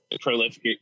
prolific